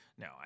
No